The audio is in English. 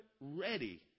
ready